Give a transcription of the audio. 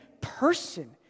person